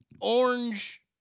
orange